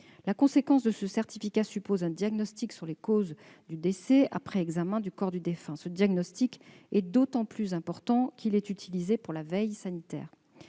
L'établissement de ce certificat suppose en effet un diagnostic sur les causes de décès après examen du corps du défunt. Ce diagnostic est d'autant plus important qu'il est utilisé pour la veille sanitaire.